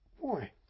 Boy